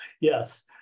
Yes